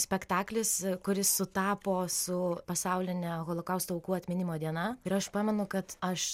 spektaklis kuris sutapo su pasauline holokausto aukų atminimo diena ir aš pamenu kad aš